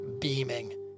beaming